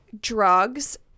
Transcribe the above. drugs